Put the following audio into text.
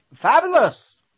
fabulous